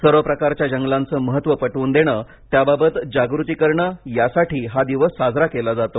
सर्व प्रकारच्या जंगलांचे महत्व पटवून देणं त्याबाबत जागृती करणं यासाठी हा दिवस साजरा केला जातो